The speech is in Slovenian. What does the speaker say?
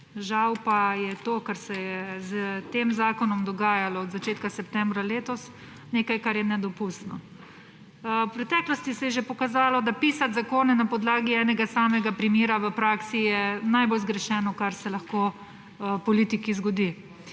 Žal pa je to, kar se je s tem zakonom dogajalo od začetka septembra letos, nekaj, kar je nedopustno. V preteklosti se je že pokazalo, da pisati zakone na podlagi enega samega primera v praksi je najbolj zgrešeno, kar se lahko politiki zgodi.